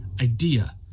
idea